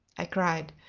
i cried.